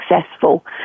successful